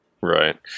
Right